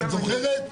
זוכרת?